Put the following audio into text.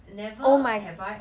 oh my